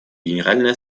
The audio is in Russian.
генеральная